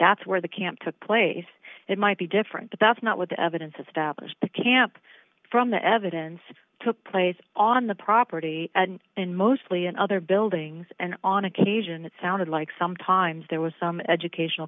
that's where the camp took place it might be different but that's not what the evidence established the camp from the evidence took place on the property and mostly and other buildings and on occasion it sounded like sometimes there was some educational